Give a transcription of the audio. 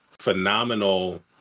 phenomenal